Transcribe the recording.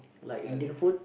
like Indian food